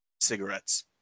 Cigarettes